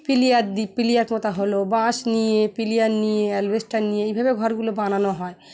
pillar দিই pillar পোঁতা হলো বাঁশ নিয়ে পিলার নিয়ে অ্যাসবেস্টাস নিয়ে এইভাবে ঘরগুলো বানানো হয়